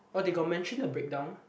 oh they got mention a breakdown